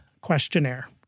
questionnaire